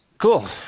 Cool